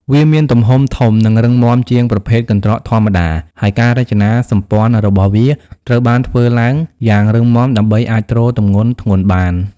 វាមានទំហំធំ និងរឹងមាំជាងប្រភេទកន្ត្រកធម្មតា ហើយការរចនាសម្ព័ន្ធរបស់វាត្រូវបានធ្វើឡើងយ៉ាងរឹងមាំដើម្បីអាចទ្រទម្ងន់ធ្ងន់បាន។